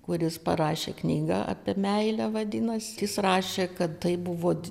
kuris parašė knygą apie meilę vadinasi jis rašė kad tai buvo